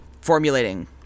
Formulating